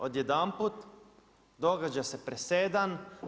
Odjedanput događa se presedan.